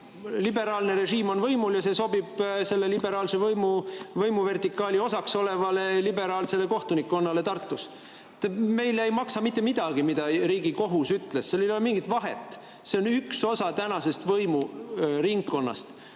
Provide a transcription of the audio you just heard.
liberaalne režiim on võimul ja see sobib selle liberaalse võimuvertikaali osaks olevale liberaalsele kohtunikkonnale Tartus. Meile ei maksa mitte midagi sellest, mida Riigikohus on öelnud. Seal ei ole mingit vahet, see on üks osa tänasest võimuringkonnast.